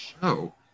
show